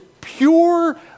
pure